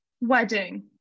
wedding